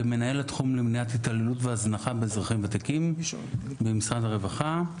ומנהל התחום למניעת התעללות והזנחה באזרחים ותיקים במשרד הרווחה.